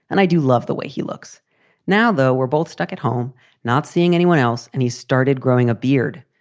and i do love the way he looks now, though we're both stuck at home not seeing anyone else. and he started growing a beard.